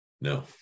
No